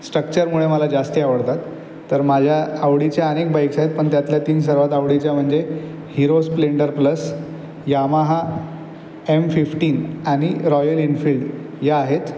स्ट्रक्चरमुळे मला जास्ती आवडतात तर माझ्या आवडीच्या अनेक बाईक्स् आहेत पण त्यातल्या तीन सर्वात आवडीच्या म्हणजे Hero Splendor plus Yamaha M fifteen आणि रॉयल एन्फील्ड या आहेत